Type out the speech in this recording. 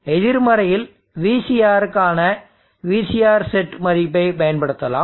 எதிர்மறையில் VCRக்கான VCRSet மதிப்பை பயன்படுத்தலாம்